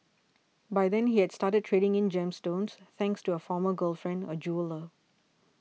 by then he had started trading in gemstones thanks to a former girlfriend a jeweller